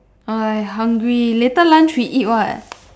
I hungry later lunch we eat what